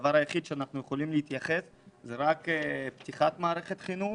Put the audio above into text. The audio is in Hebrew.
הדבר היחיד שאנחנו יכולים להתייחס אליו זה רק פתיחת מערכת חינוך?